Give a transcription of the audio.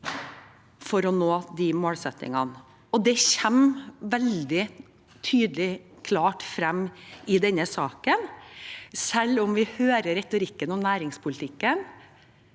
for å nå de målsettingene, og det kommer veldig tydelig og klart frem i denne saken. Selv om vi hører retorikken om næringspolitikken,